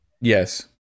yes